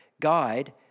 guide